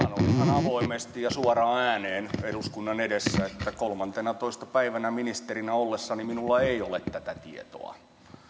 avoimesti ja suoraan ääneen eduskunnan edessä että kolmantenatoista päivänä ministerinä ollessani minulla ei ole tätä tietoa